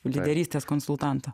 liderystės konsultanto